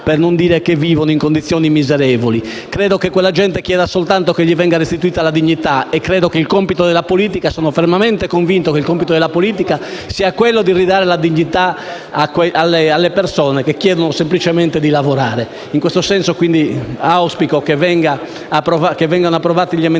per non dire che vivono in condizioni miserevoli. Credo che quella gente chieda soltanto che le venga restituita la dignità, e sono fermamente convinto che il compito della politica sia quello di ridare la dignità alle persone che chiedono semplicemente di lavorare. In questo senso auspico quindi che venga approvato l'emendamento